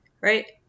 right